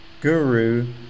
guru